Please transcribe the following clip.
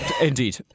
Indeed